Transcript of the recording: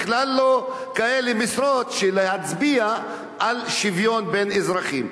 בכלל לא כאלה משרות שיכולות להצביע על שוויון בין אזרחים.